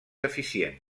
eficient